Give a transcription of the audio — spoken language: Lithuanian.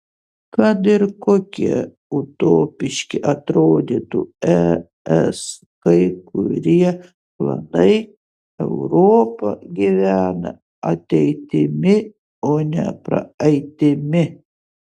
kad ir kokie utopiški atrodytų es kai kurie planai europa gyvena ateitimi o ne praeitimi